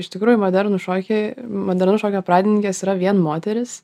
iš tikrųjų modernų šokį modernaus šokio pradininkės yra vien moterys